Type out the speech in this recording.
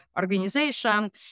organization